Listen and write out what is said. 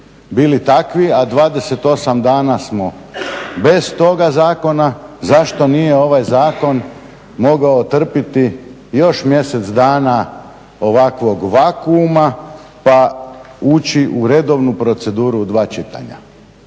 bili takvi, a 28 dana smo bez toga zakona, zašto nije ovaj zakon mogao trpiti još mjesec dana ovakvog vakuuma pa ući u redovnu proceduru u dva čitanja?